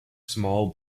small